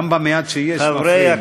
גם המעט שיש, הם מפריעים.